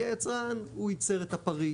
כי היצרן הוא ייצר את הפריט,